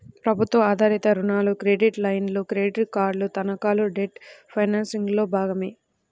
ప్రభుత్వ ఆధారిత రుణాలు, క్రెడిట్ లైన్లు, క్రెడిట్ కార్డులు, తనఖాలు డెట్ ఫైనాన్సింగ్లో భాగమే